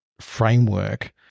framework